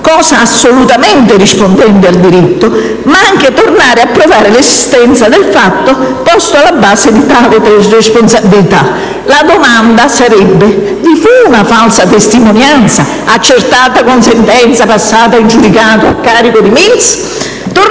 (cosa assolutamente rispondente a diritto) ma anche ritornare a provare l'esistenza del fatto posto alla base di tale responsabilità. La domanda sarebbe: vi fu una falsa testimonianza, accertata con sentenza passata in giudicato a carico di Mills?